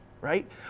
right